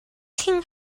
king